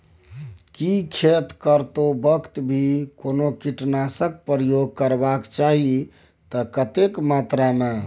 की खेत करैतो वक्त भी कोनो कीटनासक प्रयोग करबाक चाही त कतेक मात्रा में?